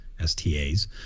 STA's